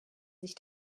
sich